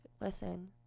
listen